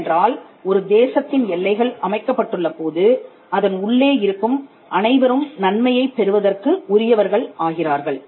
ஏனென்றால் ஒரு தேசத்தின் எல்லைகள் அமைக்கப்பட்டுள்ள போது அதன் உள்ளே இருக்கும் அனைவரும் நன்மையைப் பெறுவதற்கு உரியவர்கள் ஆகிறார்கள்